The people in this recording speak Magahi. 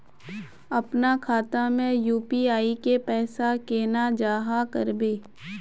अपना खाता में यू.पी.आई के पैसा केना जाहा करबे?